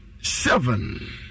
seven